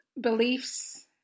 beliefs